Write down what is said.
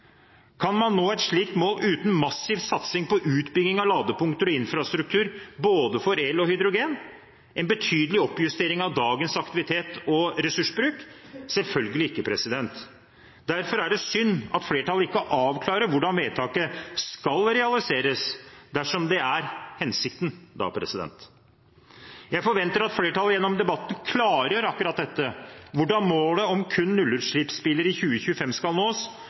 Kan man nå et slikt mål uten massiv satsing på utbygging av ladepunkter og infrastruktur for både el og hydrogen – en betydelig oppjustering av dagens aktivitet og ressursbruk? Selvfølgelig ikke. Derfor er det synd at flertallet ikke avklarer hvordan vedtaket skal realiseres – dersom det er hensikten, da. Jeg forventer at flertallet gjennom debatten klargjør akkurat dette – hvordan målet om kun nullutslippsbiler i 2025 skal nås